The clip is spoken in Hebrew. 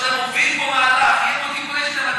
אמרת שאתה מוביל פה מהלך, שיהיו פה טיפולי שיניים.